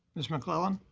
ms. mcclellan.